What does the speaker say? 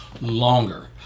longer